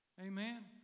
Amen